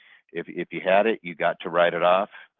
if if you had it you got to write it off.